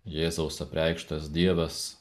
jėzaus apreikštas dievas